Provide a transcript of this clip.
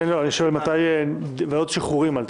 אני שואל מתי ועדת שחרורים עלתה.